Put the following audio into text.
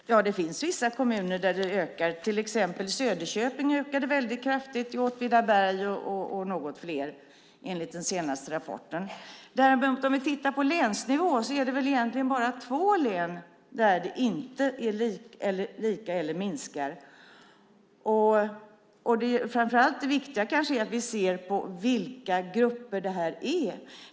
Fru talman! Det finns vissa kommuner där det ökar, till exempel i Söderköping, där det ökade väldigt kraftigt, liksom i Åtvidaberg och några fler, enligt den senaste rapporten. Om vi tittar på länsnivå är det bara två län där det är lika eller minskar. Det viktiga kanske framför allt är att vi ser på vilka grupper det är.